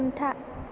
हमथा